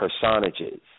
personages